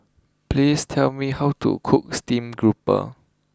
please tell me how to cook stream grouper